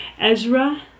Ezra